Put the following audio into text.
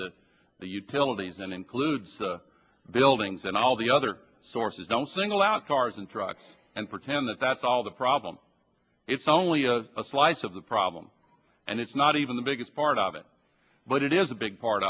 the utilities and includes buildings and all the other sources don't single out cars and trucks and pretend that that's all the problem it's only a slice of the problem and it's not even the biggest part of it but it is a big part